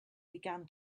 began